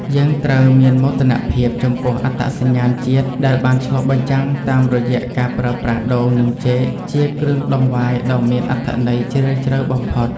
យើងត្រូវមានមោទនភាពចំពោះអត្តសញ្ញាណជាតិដែលបានឆ្លុះបញ្ចាំងតាមរយៈការប្រើប្រាស់ដូង និងចេកជាគ្រឿងដង្វាយដ៏មានអត្ថន័យជ្រាលជ្រៅបំផុត។